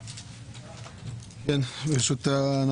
בבקשה.